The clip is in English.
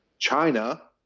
China